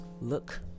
look